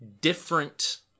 different